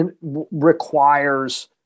Requires